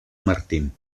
martín